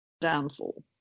downfall